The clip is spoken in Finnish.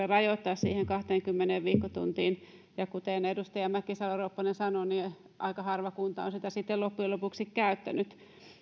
rajoittaa se kahteenkymmeneen viikkotuntiin ja kuten edustaja mäkisalo ropponen sanoi niin aika harva kunta on sitä sitten loppujen lopuksi käyttänyt